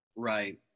Right